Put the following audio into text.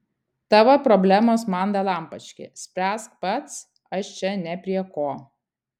tavo problemos man dalampački spręsk pats aš čia ne prie ko